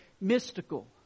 mystical